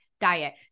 diet